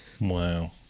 Wow